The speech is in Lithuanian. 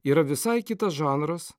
yra visai kitas žanras